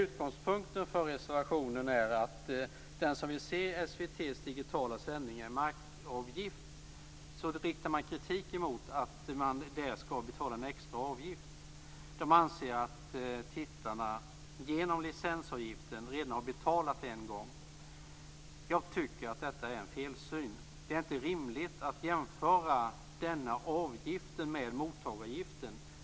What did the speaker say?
Utgångspunkten för reservationen är att den som vill se SVT:s digitala sändningar måste betala en markavgift. Man riktar kritik mot att betala en extra avgift. Man anser att tittarna redan har betalat genom licensavgiften. Jag tycker att detta är fel. Det är inte rimligt att jämföra denna avgift med mottagaravgiften.